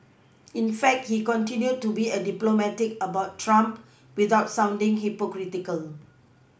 in fact he continued to be diplomatic about Trump without sounding hypocritical